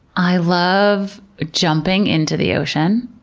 i love jumping into the ocean.